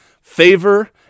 favor